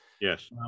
Yes